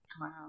Wow